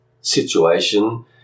situation